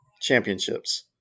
championships